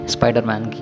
Spider-Man